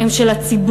הם של הציבור,